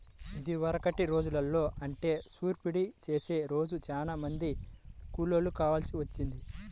ఇదివరకటి రోజుల్లో అంటే నూర్పిడి చేసే రోజు చానా మంది కూలోళ్ళు కావాల్సి వచ్చేది